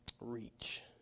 reach